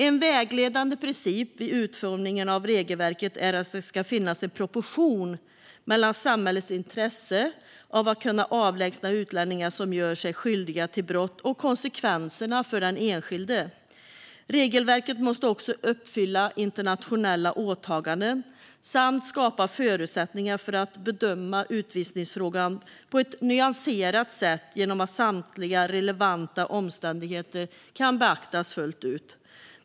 En vägledande princip vid utformningen av regelverket är att det ska finnas en proportion mellan samhällets intresse av att kunna avlägsna utlänningar som gör sig skyldiga till brott och konsekvenserna för den enskilde. Regelverket måste också uppfylla internationella åtaganden samt skapa förutsättningar för att bedöma utvisningsfrågan på ett nyanserat sätt genom att samtliga relevanta omständigheter kan beaktas fullt ut.